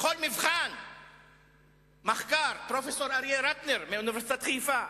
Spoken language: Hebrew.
בכל מחקר, פרופסור אריה רטנר מאוניברסיטת חיפה,